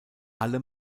alle